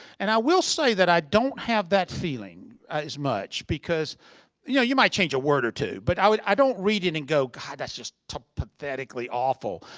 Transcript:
and i will say that i don't have that feeling as much because you know, you might change a word or two, but i don't read it and go, god that's just pathetically awful.